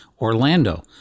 Orlando